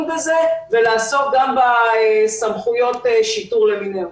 בזה ולעסוק גם בסמכויות שיטור למיניהן.